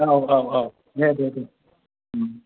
औ औ औ दे दे